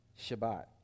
Shabbat